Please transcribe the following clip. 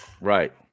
Right